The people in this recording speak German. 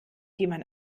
jemand